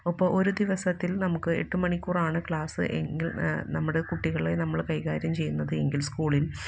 ഒപ്പം ഒരു ദിവസത്തില് നമുക്ക് എട്ട് മണിക്കൂറാണ് ക്ലാസ് എങ്കില് നമ്മുടെ കുട്ടികളെ നമ്മൾ കൈകാര്യം ചെയ്യുന്നത് എങ്കില് സ്കൂളില്